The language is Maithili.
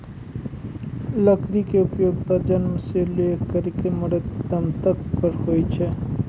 लकड़ी के उपयोग त जन्म सॅ लै करिकॅ मरते दम तक पर होय छै भाय